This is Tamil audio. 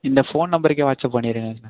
இந்த ஃபோன் நம்பருக்கே வாட்ஸ்அப் பண்ணிடுங்க சார்